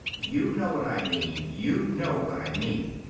you know what i mean. you know what i mean.